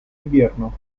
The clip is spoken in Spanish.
invierno